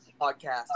Podcast